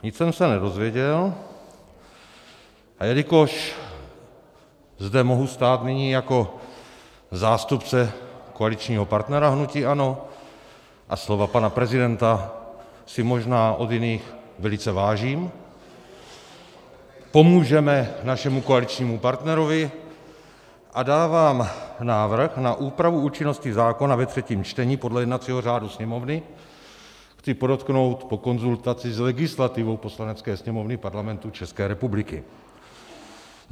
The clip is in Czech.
Nic jsem se nedozvěděl, a jelikož zde mohu stát nyní jako zástupce koaličního partnera hnutí ANO a slova pana prezidenta si možná od jiných velice vážím, pomůžeme našemu koaličnímu partnerovi a dávám návrh na úpravu účinnosti zákona ve třetím čtení podle jednacího řádu Sněmovny, chci podotknout, po konzultaci s legislativou Poslanecké sněmovny Parlamentu ČR.